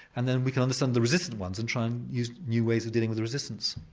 and then we can understand the resistant ones, and try and use new ways of dealing with resistance.